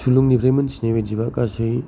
सुलुंनिफ्राय मोनथिनाय बादिबा गासै